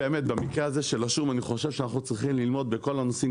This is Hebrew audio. במקרה של השום אני חושב שאנחנו צריכים ללמוד בכל הנושאים,